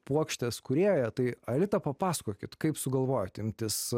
puokštės kūrėja tai aelita papasakokit kaip sugalvojote imtis